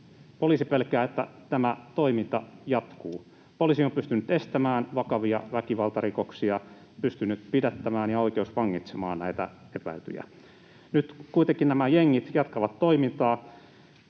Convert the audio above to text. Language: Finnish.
Poliisi pelkää, että tämä toiminta jatkuu. Poliisi on pystynyt estämään vakavia väkivaltarikoksia, pystynyt pidättämään, ja oikeus on pystynyt vangitsemaan näitä epäiltyjä. Nyt kuitenkin nämä jengit jatkavat toimintaansa.